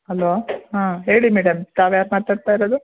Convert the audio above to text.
hello ಹಾಂ ಹೇಳಿ madam ತಾವು ಯಾರು ಮಾತಾಡ್ತಾ ಇರೋದು